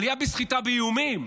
עלייה בסחיטה באיומים.